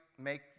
make